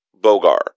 Bogar